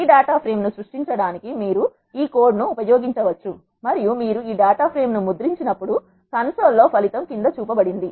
ఈ data frame ను సృష్టించడానికి మీరు ఈ కోడ్ ను ఉపయోగించవచ్చు మరియు మీరు ఈ డేటా ఫ్రేమ్ ను ముద్రించినప్పుడు కన్సోల్ లో ఫలితం క్రింద చూపబడింది